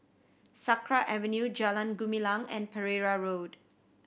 Sakra Avenue Jalan Gumilang and Pereira Road